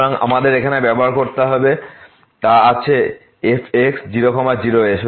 সুতরাং আমাদের এখানে ব্যবহার করতে হবে তা আছে fx 0 0এ